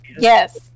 yes